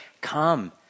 come